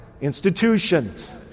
institutions